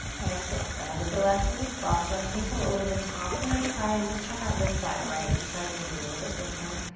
exhale, bend at the left knee. cross left ankle over the top of the right thigh and just check out this side. right, each side's gonna be a little bit different.